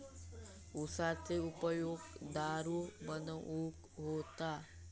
उसाचो उपयोग दारू बनवूक होता